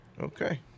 Okay